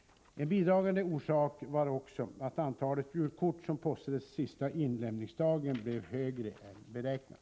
En bidragande orsak var också att antalet julkort som postades sista inlämningsdagen blev högre än beräknat.